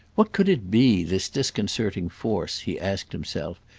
what could it be, this disconcerting force, he asked himself,